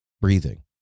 breathing